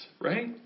right